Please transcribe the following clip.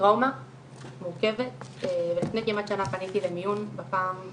טראומה מורכבת, ולפני כמעט שנה פניתי למיון, בפעם,